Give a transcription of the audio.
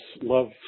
love